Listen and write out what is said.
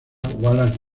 wallace